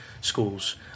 schools